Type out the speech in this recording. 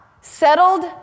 settled